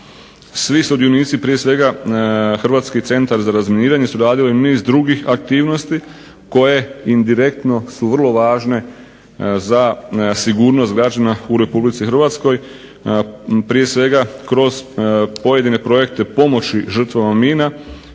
svi sudionici, prije svega Hrvatski centar za razminiranje su radili niz drugih aktivnosti koje indirektno su vrlo važne za sigurnost građana u Republici Hrvatskoj, prije svega kroz pojedine projekte pomoći žrtvama mina,